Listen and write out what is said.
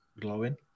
glowing